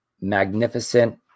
magnificent